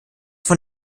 von